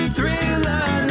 Thriller